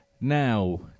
Now